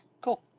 Cool